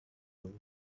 could